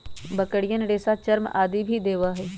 बकरियन रेशा, चर्म आदि भी देवा हई